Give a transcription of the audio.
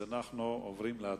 אנחנו עוברים להצבעה.